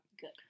Good